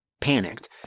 Panicked